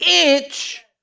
inch